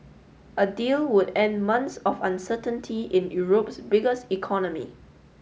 a deal would end months of uncertainty in Europe's biggest economy